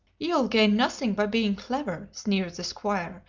you'll gain nothing by being clever! sneered the squire,